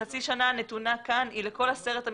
חצי שנה הנתונה כאן היא לכל עשרת המפרטים.